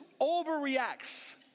overreacts